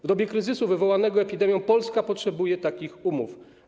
W dobie kryzysu wywołanego epidemią Polska potrzebuje takich umów.